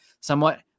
somewhat